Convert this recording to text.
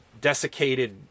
desiccated